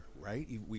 right